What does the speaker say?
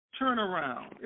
turnaround